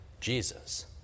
Jesus